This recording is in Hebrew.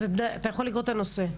תקרא את הנושא.